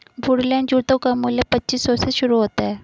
Woodland जूतों का मूल्य पच्चीस सौ से शुरू होता है